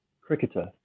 cricketer